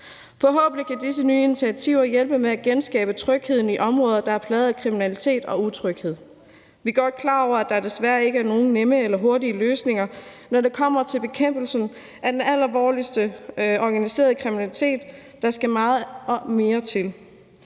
Forhåbentlig kan disse nye initiativer hjælpe med at genskabe trygheden i områder, der er plaget af kriminalitet og utryghed. Vi er godt klar over, at der desværre ikke er nogen nemme eller hurtige løsninger, når det kommer til bekæmpelsen af den alvorligste organiseret kriminalitet – der skal meget mere til.